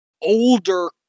older